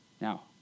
Now